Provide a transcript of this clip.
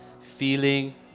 feeling